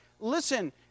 Listen